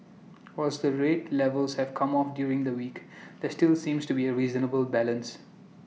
whilst the rate levels have come off during the week there still seems to be A reasonable balance